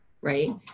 right